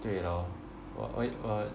对 lor 我我我